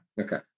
Okay